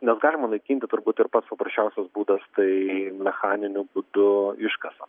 nes galima naikinti turbūt ir pats paprasčiausias būdas tai mechaniniu būdu iškasant